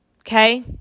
okay